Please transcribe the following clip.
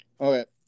Okay